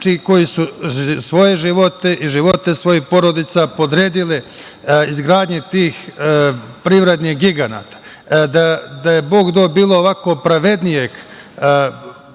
koji su svoje životne i živote svojih porodica podredili izgradnji tih privrednih giganata. Da je bilo pravednijeg